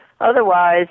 Otherwise